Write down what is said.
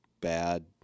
bad